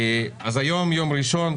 היום יום ראשון,